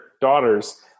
daughters